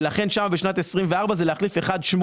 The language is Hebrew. ולכן, בשנת 24', זה להחליף 1.8%,